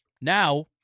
Now